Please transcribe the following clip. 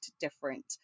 different